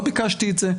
לא ביקשתי את זה.